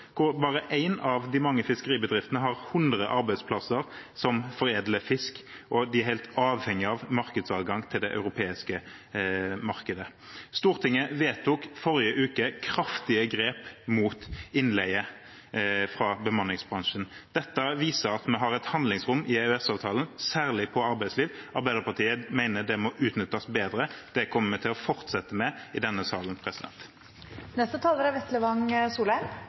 hvor bare én av de mange fiskeribedriftene har hundre arbeidsplasser som foredler fisk, og de er helt avhengige av markedsadgang til det europeiske markedet. Stortinget vedtok forrige uke kraftige grep mot innleie fra bemanningsbransjen. Dette viser at vi har et handlingsrom i EØS-avtalen, særlig på arbeidsliv. Arbeiderpartiet mener det må utnyttes bedre. Det kommer vi til å fortsette med i denne salen.